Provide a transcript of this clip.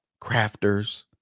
crafters